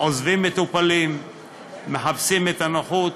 עוזבים מטופלים ומחפשים את הנוחות.